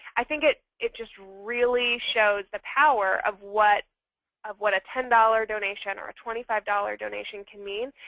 i think it it just really shows the power of what of what a ten dollars donation or a twenty five dollars donation can mean.